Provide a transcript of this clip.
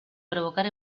provocar